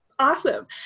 Awesome